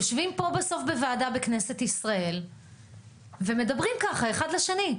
יושבים פה בסוף בוועדה בכנסת ישראל ומדברים ככה אחד לשני,